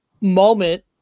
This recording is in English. moment